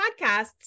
podcasts